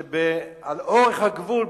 לאורך הגבול,